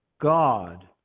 God